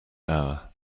hour